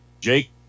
Jake